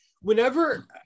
whenever